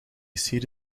seat